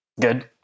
good